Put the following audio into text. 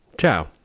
ciao